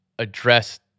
address